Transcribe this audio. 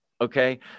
Okay